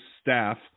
staff